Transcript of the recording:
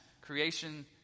creation